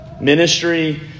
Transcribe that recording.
Ministry